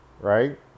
right